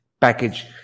package